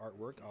artwork